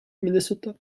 minnesota